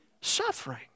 suffering